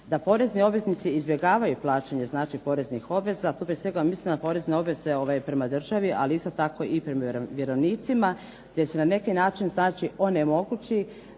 da porezni obveznici izbjegavaju plaćanje, znači poreznih obveza. Tu prije svega mislim na porezne obveze prema državi, ali isto tako i prema vjerovnicima, te se na neki način znači onemogući